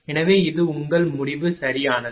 எனவே இது உங்கள் முடிவு சரியானது